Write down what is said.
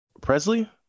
Presley